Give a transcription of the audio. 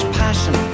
passion